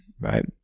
right